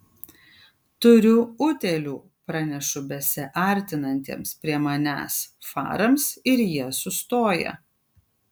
turiu utėlių pranešu besiartinantiems prie manęs farams ir jie sustoja